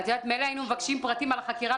מילא היינו מבקשים פרטים על החקירה,